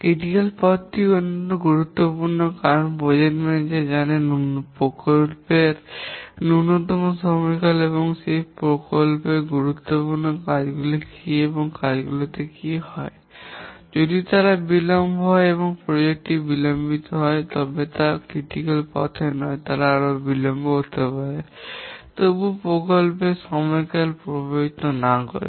সমালোচনামূলক পথটি গুরুত্বপূর্ণ কারণ প্রকল্প ম্যানেজার জানেন প্রকল্পের ন্যূনতম সময়কাল এবং সেই গুরুত্বপূর্ণ কাজগুলি যদি সেই গুরুত্বপূর্ণ কাজগুলিতে হয় যদি তারা বিলম্ব হয় এবং প্রকল্প টি বিলম্বিত হয় যদিও যে কাজগুলি সমালোচনামূলক পথে নয় তারা বিলম্ব হতে পারে তবুও প্রকল্পের সময়কাল প্রভাবিত না হতে পারে